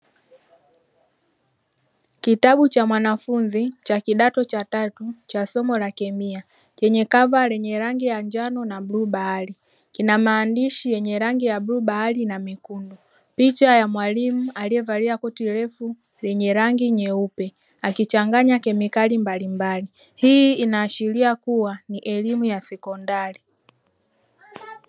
Kitabu cha mwanafunzi cha kidato cha tatu cha somo la kemia chenye kava lenye rangi ya njano na bluu bahari kina maandishi yenye rangi ya bluu bahari na mekundu, picha ya mwalimu alievalia koti refu lenye rangi nyeupe akichanganya kemikali mbali mbali hii inaashiria kuwa ni elimu ya sekondari.